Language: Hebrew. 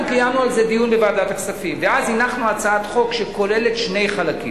קיימנו על זה דיון בוועדת הכספים ואז הנחנו הצעת חוק שכוללת שני חלקים: